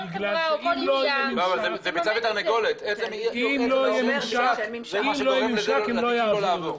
יש אפשרויות בחירה.